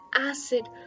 acid